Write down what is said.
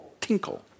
tinkle